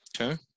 Okay